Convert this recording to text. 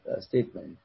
statement